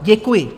Děkuji.